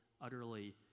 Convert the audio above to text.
utterly